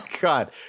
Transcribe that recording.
God